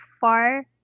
far